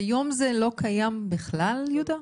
כיום זה לא קיים בכלל, יהודה?